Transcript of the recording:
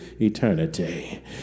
eternity